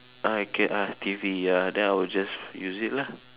I can ah T_V ya then I will just use it lah